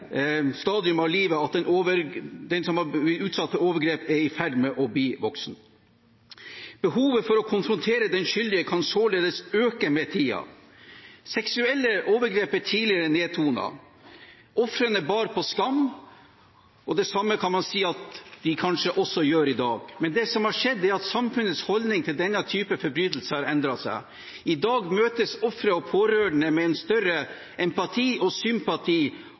stadium av livet da den som ble utsatt for overgrepet, er i ferd med å bli voksen. Behovet for å konfrontere den skyldige kan således øke med tiden. Seksuelle overgrep ble tidligere nedtonet. Ofrene bar på skam. Det samme kan man kanskje si at de også gjør i dag, men det som har skjedd, er at samfunnets holdninger til denne typen forbrytelser har endret seg. I dag møtes ofre og pårørende med en større empati og sympati